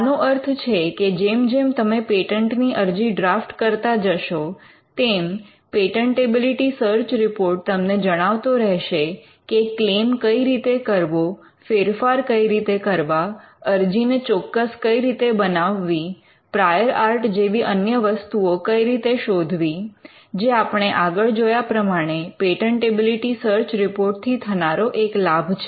આનો અર્થ છે કે જેમ જેમ તમે પેટન્ટની અરજી ડ્રાફ્ટ કરતા જશો તેમ પેટન્ટેબિલિટી સર્ચ રિપોર્ટ તમને જણાવતો રહેશે કે ક્લેમ્ કઈ રીતે કરવો ફેરફાર કઈ રીતે કરવા અરજીને ચોક્કસ કઈ રીતે બનાવવી પ્રાયોર આર્ટ જેવી અન્ય વસ્તુઓ કઈ રીતે શોધવી જે આપણે આગળ જોયા પ્રમાણે પેટન્ટેબિલિટી સર્ચ રિપોર્ટ થી થનારો એક લાભ છે